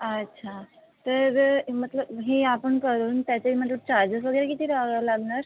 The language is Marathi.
अच्छा तर मतलब हे आपण करून त्याचे मतलब चार्जेस वगैरे किती ला लागणार